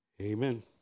amen